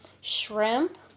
shrimp